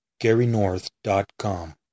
GaryNorth.com